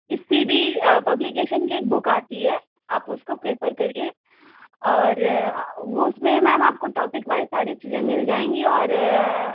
SPD publication की एक book आती है आप उसको प्रेफर करिए और वो उसमें मैम आपको टॉपिक वाइज़ सारी चीज़े मिल जाएंगी और